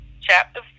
chapter